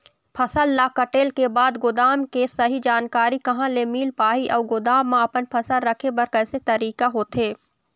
फसल ला कटेल के बाद गोदाम के सही जानकारी कहा ले मील पाही अउ गोदाम मा अपन फसल रखे बर कैसे तरीका होथे?